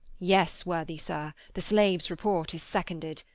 yes, worthy sir, the slave's report is seconded,